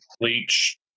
Bleach